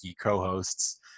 co-hosts